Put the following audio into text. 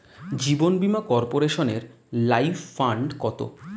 জীবন বীমা কর্পোরেশনের life fund কত?